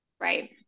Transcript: Right